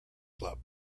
club